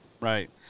right